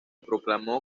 proclamó